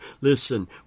Listen